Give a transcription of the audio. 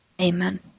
Amen